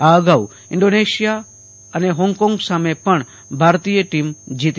અંજુ આ અગાઉ Indonesia Hong Kong સામે પણ ભારતીય ટીમ જીતી છે